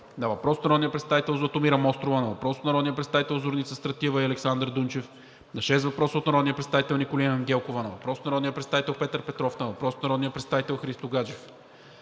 на въпрос от народния представител Златомира Мострова; на въпрос от народния представител Зорница Стратиева и Александър Дунчев; на шест въпроса от народния представител Николина Ангелкова; на въпрос от народния представител Петър Петров; на въпрос от народния представител Христо Гаджев;